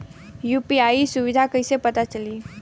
UPI सुबिधा कइसे पता चली?